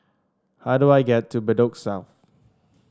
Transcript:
how do I get to Bedok South